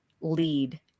lead